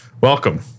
Welcome